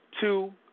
two